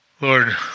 Lord